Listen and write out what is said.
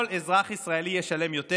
כל אזרח ישראלי ישלם יותר.